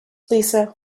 lisa